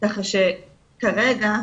כך שכרגע,